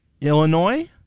Illinois